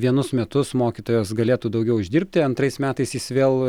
vienus metus mokytojos galėtų daugiau uždirbti antrais metais jis vėl